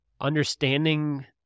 understanding